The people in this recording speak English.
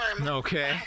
Okay